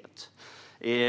När det gäller